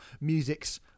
music's